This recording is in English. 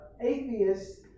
atheists